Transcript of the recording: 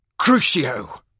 Crucio